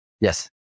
Yes